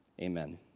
amen